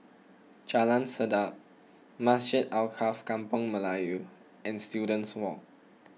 Jalan Sedap Masjid Alkaff Kampung Melayu and Students Walk